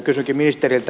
kysynkin ministeriltä